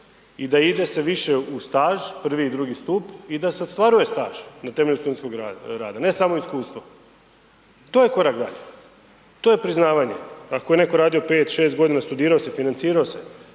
i da ide se više u staž prvi i drugi stup i da se ostvaruje staž na temelju studentskog rada, ne samo iskustvo. To je korak dalje, to je priznavanje, ako je neko radio pet, šest godina studirao i financirao se